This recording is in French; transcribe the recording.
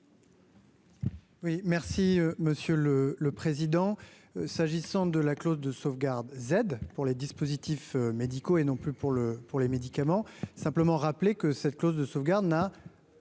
merci Monsieur le le président s'agissant de la clause de sauvegarde Z pour les dispositifs médicaux et non plus pour le pour les médicaments simplement rappeler que cette clause de sauvegarde n'a